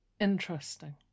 interesting